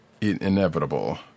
inevitable